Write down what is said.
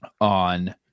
on